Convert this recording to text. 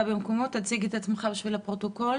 בבקשה.